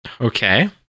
Okay